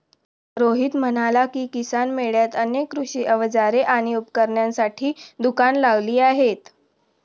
रोहित म्हणाला की, किसान मेळ्यात अनेक कृषी अवजारे आणि उपकरणांची दुकाने लावली आहेत